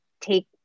take